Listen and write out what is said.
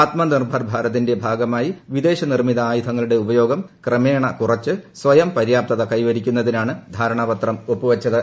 ആത്മനിർഭർ ഭാരതിന്റെ ഭാഗമായി വിദേശ നിർമ്മിത ആയുധങ്ങളുടെ ഉപയോഗം ക്രമേണ കുറച്ച് സ്വയം പര്യാപ്തത കൈവരിക്കുന്നതിനാണ് ധാരണാപത്രം ഒപ്പുവച്ചത്